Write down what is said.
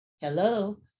hello